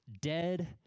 Dead